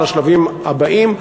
לשלבים הבאים,